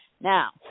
Now